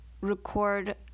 record